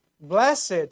Blessed